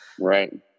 Right